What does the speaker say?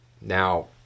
Now